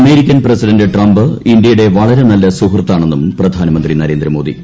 American president Trump ഇന്ത്യയുടെ വളരെ നല്ല സുഹൃത്താണെന്നുകൃപ്പധാനമന്ത്രി നരേന്ദ്രമോദി